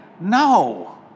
No